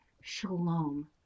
shalom